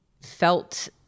felt